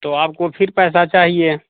तो आपको फिर पैसा चाहिए